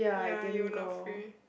ya you not free